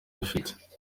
ifite